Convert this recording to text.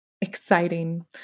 exciting